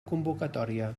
convocatòria